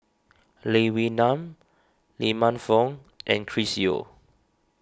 Lee Wee Nam Lee Man Fong and Chris Yeo